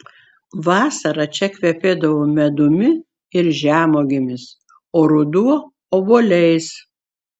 vasara čia kvepėdavo medumi ir žemuogėmis o ruduo obuoliais